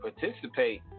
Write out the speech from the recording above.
participate